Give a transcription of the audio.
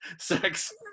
sex